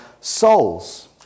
souls